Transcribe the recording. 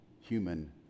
human